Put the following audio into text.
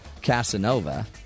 Casanova